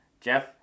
Jeff